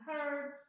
heard